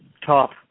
top